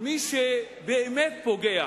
מי שבאמת פוגע